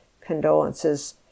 Condolences